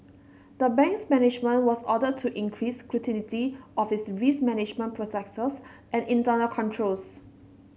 the bank's management was ordered to increase scrutiny of its risk management processes and internal controls